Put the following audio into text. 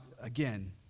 again